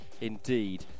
Indeed